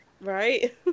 Right